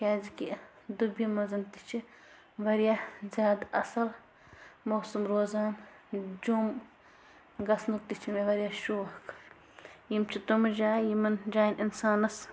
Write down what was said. کیٛازِ کہِ دُبِیہِ منٛز تہِ چھِ واریاہ زیادٕ اصٕل موسَم روزان جوٚم گژھٕنُک تہِ چھِ مےٚ واریاہ شوق یِم چھِ تِمہٕ جایہِ یِمَن جایَن اِنسانَس